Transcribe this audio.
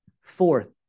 Fourth